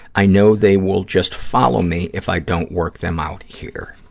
i know they will just follow me if i don't work them out here.